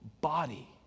body